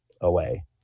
away